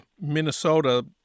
Minnesota